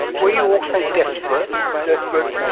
were you also desperate? desperate,